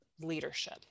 leadership